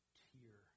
tear